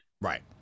Right